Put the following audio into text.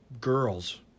girls